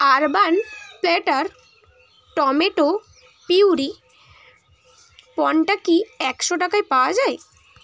urban Platter tomato puree পণটা কি একশো টাকায় পাওয়া যায়